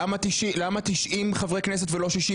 למה 90 חברי כנסת ולא 61?